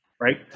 Right